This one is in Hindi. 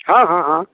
हाँ हाँ हाँ